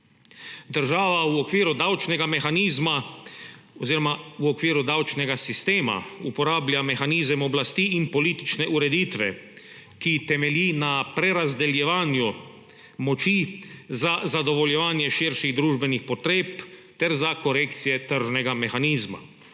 Država v okviru davčnega mehanizma oziroma v okviru davčnega sistema uporablja mehanizem oblasti in politične ureditve, ki temelji na prerazdeljevanju moči za zadovoljevanje širših družbenih potreb ter za korekcije tržnega mehanizma.